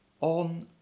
on